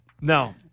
No